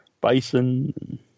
bison